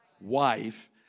wife